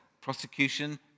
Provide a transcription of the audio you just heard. prosecution